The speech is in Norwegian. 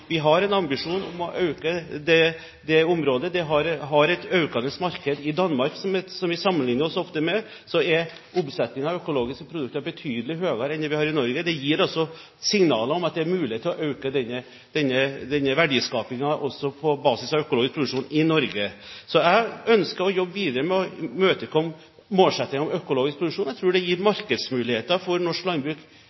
et økende marked. I Danmark, som vi ofte sammenligner oss med, er omsetningen av økologiske produkter betydelig høyere enn i Norge. Det gir signaler om at det er mulig å øke verdiskapingen på basis av økologisk produksjon også i Norge. Jeg ønsker å jobbe videre med å imøtekomme målsettingen om økologisk produksjon. Jeg tror det gir